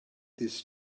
this